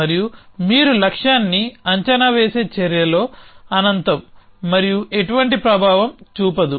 మరియు మీరు లక్ష్యాన్ని అంచనా వేసే చర్యలో అనంతం మరియు ఎటువంటి ప్రభావాన్ని చూపదు